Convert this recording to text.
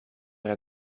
era